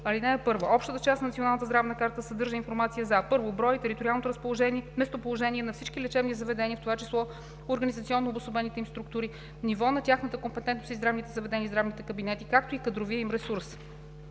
Чл. 28ж. (1) Общата част от Националната здравна карта съдържа информация за: 1. броя и териториалното местоположение на всички лечебни заведения, в т.ч. организационно обособените им структури, ниво на тяхната компетентност и здравните заведения и здравните кабинети, както и кадровия им ресурс;